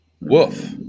Woof